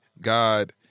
God